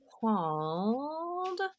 called